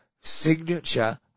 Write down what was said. signature